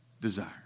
desire